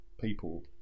people